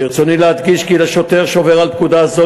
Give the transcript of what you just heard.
ברצוני להדגיש כי לשוטר שעובר על פקודה זו